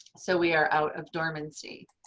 so we are out of dormancy.